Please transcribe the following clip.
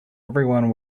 everyone